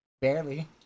Barely